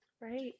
right